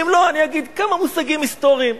אם לא, אני אגיד כמה מושגים היסטוריים.